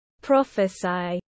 prophesy